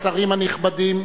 השרים הנכבדים,